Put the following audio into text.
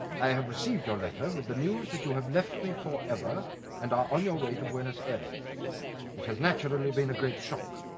i have received your letter with the news that you have left me forever and are on your way to buenos aires it has naturally been a great shock.